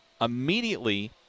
immediately